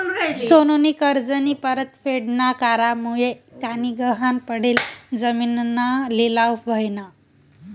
सोनूनी कर्जनी परतफेड ना करामुये त्यानी गहाण पडेल जिमीनना लिलाव व्हयना